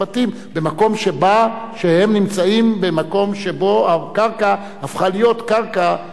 הם נמצאים במקום שבו הקרקע הפכה להיות קרקע שנרכשה